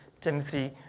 Timothy